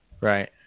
Right